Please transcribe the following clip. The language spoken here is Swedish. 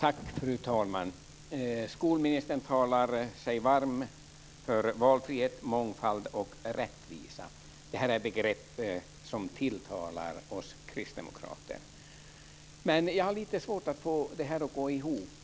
Fru talman! Skolministern talar sig varm för valfrihet, mångfald och rättvisa. Det är begrepp som tilltalar oss kristdemokrater. Men jag har lite svårt att få det hela att gå ihop.